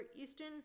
Easton